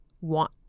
want